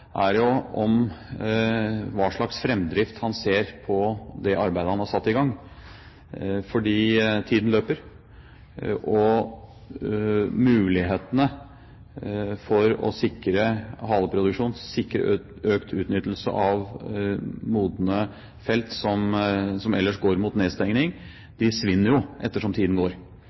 er spørsmålet mitt: Hva slags fremdrift ser han på det arbeidet han har satt i gang? For tiden løper, og mulighetene for å sikre haleproduksjon, å sikre økt utnyttelse av modne felt som ellers går mot nedstenging, svinner jo etter som tiden går.